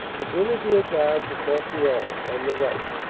the grenadier guards of mont real, on the right,